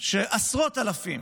שיש עשרות אלפים,